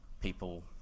people